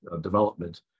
development